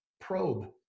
probe